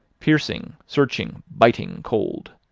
piercing, searching, biting cold.